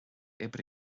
oibre